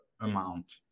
amount